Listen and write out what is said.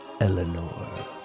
Eleanor